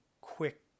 quick